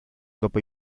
dopo